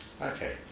okay